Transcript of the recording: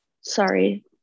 Sorry